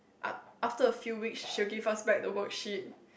a~ after a few weeks she will give us back the worksheet